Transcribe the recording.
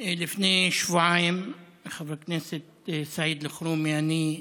לפני שבועיים חבר הכנסת סעיד אלחרומי, אני,